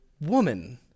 Woman